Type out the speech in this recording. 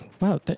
Wow